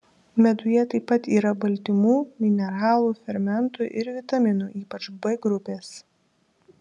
meduje taip pat yra baltymų mineralų fermentų ir vitaminų ypač b grupės